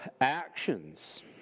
actions